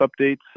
updates